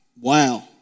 Wow